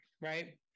right